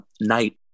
night